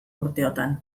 urteotan